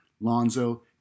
Lonzo